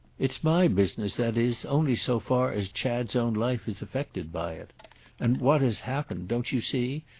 it's my business, that is, only so far as chad's own life is affected by it and what has happened, don't you see?